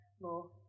more